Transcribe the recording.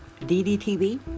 DDTV